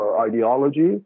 ideology